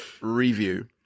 review